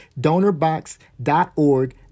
donorbox.org